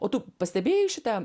o tu pastebėjai šitą